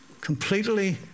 completely